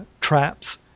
traps